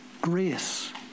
grace